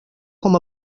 com